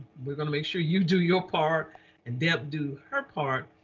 we're gonna make sure you do your part and deb do her part.